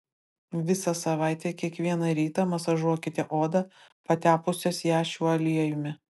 visą savaitę kiekvieną rytą masažuokite odą patepusios ją šiuo aliejumi